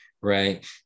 right